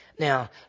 Now